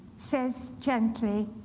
says gently,